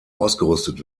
ausgerüstet